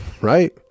Right